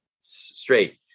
straight